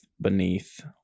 beneath